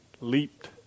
leaped